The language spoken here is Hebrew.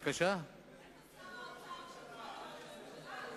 איפה שר האוצר שלך וראש הממשלה?